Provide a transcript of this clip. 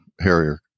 Harrier